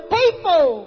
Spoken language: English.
people